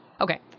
okay